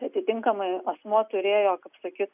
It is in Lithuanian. atitinkamai asmuo turėjo kaip sakyt